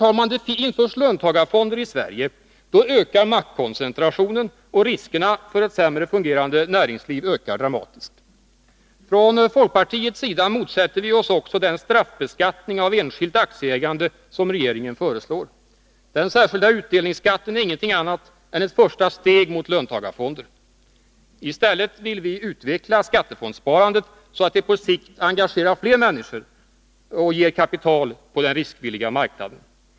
Om löntagarfonder införs i Sverige ökar maktkoncentrationen, och riskerna för ett sämre fungerande näringsliv ökar dramatiskt. Från folkpartiets sida motsätter vi oss också den straffbeskattning av enskilt aktieägande som regeringen föreslår. Den särskilda utdelningsskatten är ingenting annat än ett första steg mot löntagarfonder. I stället vill vi utveckla skattefondssparandet, så att det på sikt engagerar fler människor och förser näringslivet med riskvilligt kapital.